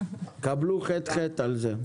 קבלו ח"ח על זה.